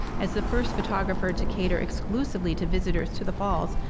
as the first photographer to cater exclusively to visitors to the falls,